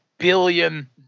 billion